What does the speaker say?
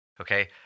okay